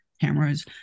cameras